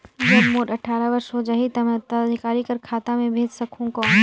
जब मोर अट्ठारह वर्ष हो जाहि ता मैं उत्तराधिकारी कर खाता मे भेज सकहुं कौन?